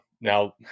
Now